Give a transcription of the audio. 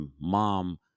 mom